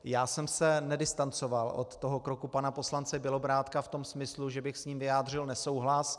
Já jsem se nedistancoval od toho kroku pana poslance Bělobrádka v tom smyslu, že bych s ním vyjádřil nesouhlas.